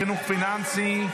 חינוך פיננסי),